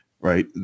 right